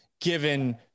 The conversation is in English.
given